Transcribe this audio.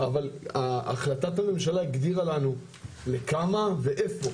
אבל החלטת הממשלה הגדירה לנו לכמה ואיפה.